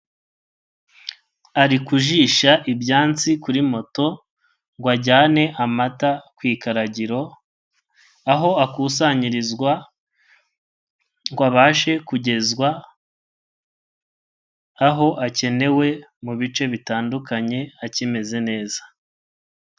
Ari kujisha ibyansi kuri moto ngo ajyane amata ku ikaragiro aho akusanyirizwa ngo abashe kugezwa aho akenewe mu bice bitandukanye akimeze neza.